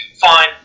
Fine